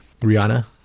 Rihanna